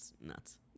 nuts